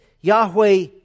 Yahweh